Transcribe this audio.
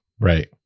Right